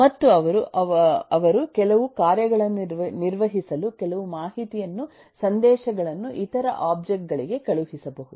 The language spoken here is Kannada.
ಮತ್ತು ಅವರು ಕೆಲವು ಕಾರ್ಯಗಳನ್ನು ನಿರ್ವಹಿಸಲು ಕೆಲವು ಮಾಹಿತಿಯನ್ನು ಸಂದೇಶಗಳನ್ನು ಇತರ ಒಬ್ಜೆಕ್ಟ್ ಗಳಿಗೆ ಕಳುಹಿಸಬಹುದು